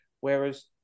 Whereas